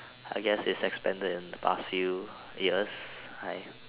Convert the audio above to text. I guess it's expended in the last few years I'm